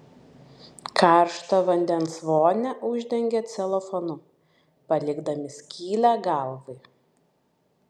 karštą vandens vonią uždengia celofanu palikdami skylę galvai